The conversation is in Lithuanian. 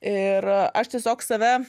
ir aš tiesiog save